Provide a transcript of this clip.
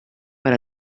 per